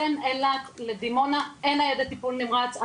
בין אילת לדימונה אין ניידת טיפול נמרץ.